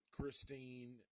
Christine